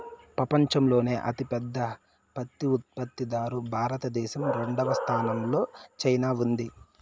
పపంచంలోనే అతి పెద్ద పత్తి ఉత్పత్తి దారు భారత దేశం, రెండవ స్థానం లో చైనా ఉంది